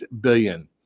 billion